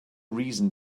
reason